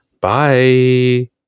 Bye